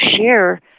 share